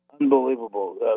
Unbelievable